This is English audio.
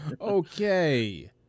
Okay